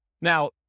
Now